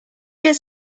get